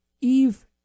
Eve